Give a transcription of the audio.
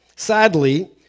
Sadly